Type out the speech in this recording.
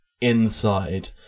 inside